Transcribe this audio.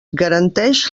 garanteix